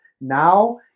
now